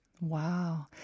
Wow